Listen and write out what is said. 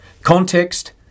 Context